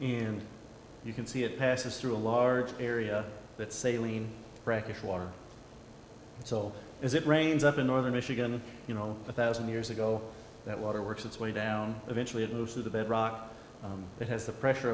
and you can see it passes through a large area that's a lean brackish water so is it rains up in northern michigan you know thousand years ago that water works its way down eventually it moves through the bedrock it has the pressure